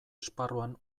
esparruan